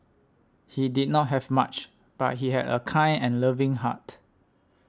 he did not have much but he had a kind and loving heart